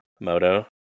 Moto